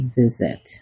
visit